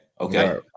Okay